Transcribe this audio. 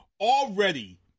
Already